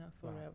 forever